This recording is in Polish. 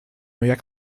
jak